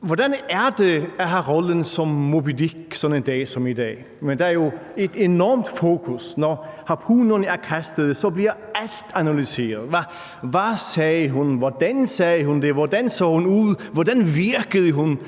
Hvordan er det at have rollen som Moby Dick sådan en dag som i dag? Der er jo et enormt fokus. Når harpunerne er kastet, bliver alt analyseret: Hvad sagde hun? Hvordan sagde hun det? Hvordan så hun ud? Hvordan virkede hun?